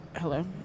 hello